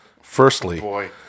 Firstly